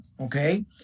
Okay